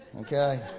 Okay